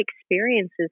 experiences